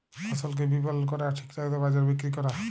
ফসলকে বিপলল ক্যরা আর ঠিকঠাক দরে বাজারে বিক্কিরি ক্যরা